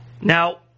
Now